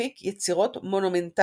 להפיק יצירות מונומטליות,